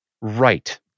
right